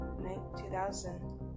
2000